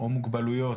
או מוגבלויות,